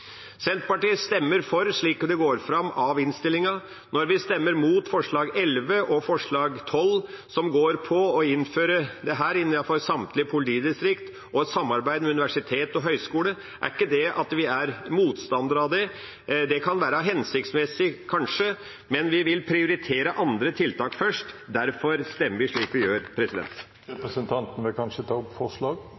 Senterpartiet stemmer for, slik det går fram av innstillinga. Når vi stemmer mot forslag nr. 11 og forslag nr. 12, som går ut på å innføre dette innenfor samtlige politidistrikter, og et samarbeid med universiteter og høyskoler, betyr ikke det at vi er motstandere av det. Det kan være hensiktsmessig, kanskje, men vi vil prioritere andre tiltak først. Derfor stemmer vi slik vi gjør.